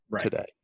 today